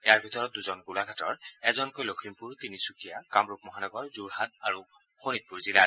ইয়াৰ ভিতৰত দুজন গোলাঘাটৰ এজনকৈ লখিমপুৰ তিনিচুকীয়া কামৰূপ মহানগৰ যোৰহাট আৰু শোণিতপুৰ জিলাৰ